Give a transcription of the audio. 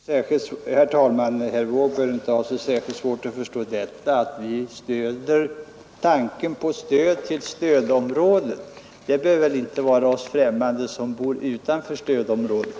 Herr talman! Herr Wååg bör inte ha så särskilt svårt att förstå att vi biträder förslaget om stöd till stödområdet. Det bör väl inte vara oss främmande som bor utanför stödområdet.